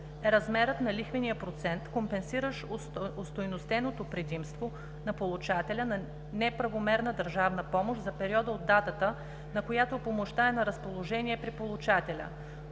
размерът на лихвения процент, компенсиращ остойностеното предимство на получателя на неправомерна държавна помощ за периода от датата, на която помощта е на разположение при получателя,